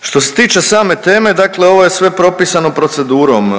Što se tiče same teme ovo je sve propisano procedurom,